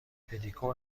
پدیکور